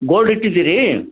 gold ಇಟ್ಟಿದ್ದೀರಿ